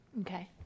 Okay